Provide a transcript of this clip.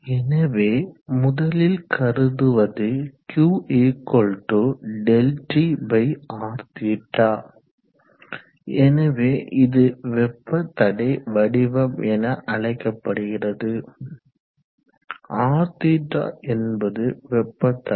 எனவே முதலில் கருதுவது q ΔT Rθ எனவே இது வெப்ப தடை வடிவம் என்று அழைக்கப்படுகிறது Rθ என்பது வெப்ப தடை